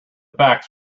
facts